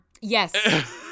Yes